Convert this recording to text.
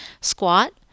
squat